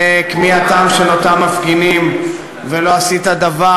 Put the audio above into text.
לכמיהתם של אותם מפגינים ולא עשית דבר